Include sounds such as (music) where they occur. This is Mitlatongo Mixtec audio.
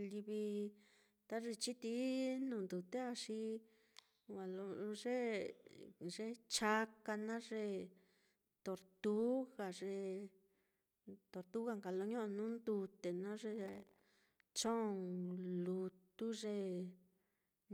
Livi ta ye chitií nuu ndute a xi, wa lo ye ye chaka naá, ye tortuga, ye tortuga nka lo ño'o nuu ndute naá, ye (noise) chong lutu, ye